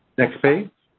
next page.